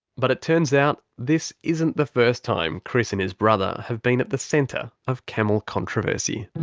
but it turns out, this isn't the first time chris and his brother have been at the centre of camel controversy.